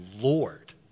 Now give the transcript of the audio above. Lord